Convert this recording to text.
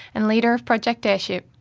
and leader of project airship,